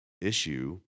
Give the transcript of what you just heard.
issue